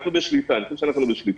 אני חושב שאנחנו בשליטה.